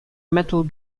metal